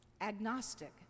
agnostic